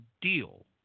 deal